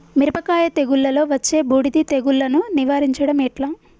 మిరపకాయ తెగుళ్లలో వచ్చే బూడిది తెగుళ్లను నివారించడం ఎట్లా?